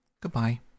Goodbye